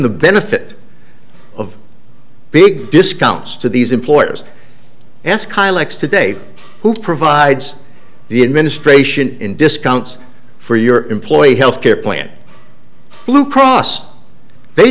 the benefit of big discounts to these employers ask kylix today who provides the administration in discounts for your employee health care plan blue cross they